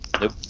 Nope